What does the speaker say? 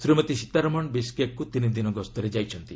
ଶ୍ରୀମତୀ ସୀତାରମଣ ବିସ୍କେକ୍କୁ ତିନି ଦିନ ଗସ୍ତରେ ଯାଇଛନ୍ତି